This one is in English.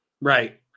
Right